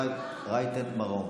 תודה רבה, חברת הכנסת אפרת רייטן מרום.